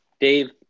Dave